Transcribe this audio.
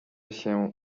się